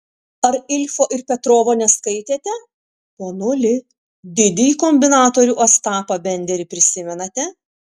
ar ilfo ir petrovo neskaitėte ponuli didįjį kombinatorių ostapą benderį prisimenate